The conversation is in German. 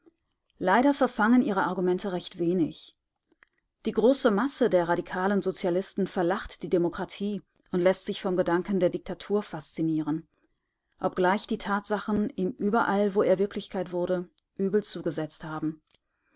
leider verfangen ihre argumente recht wenig die große masse der radikalen sozialisten verlacht die demokratie und läßt sich vom gedanken der diktatur faszinieren obgleich die tatsachen ihm überall wo er wirklichkeit wurde übel zugesetzt haben